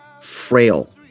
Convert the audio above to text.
frail